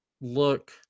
look